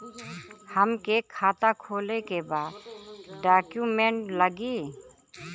हमके खाता खोले के बा का डॉक्यूमेंट लगी?